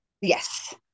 Yes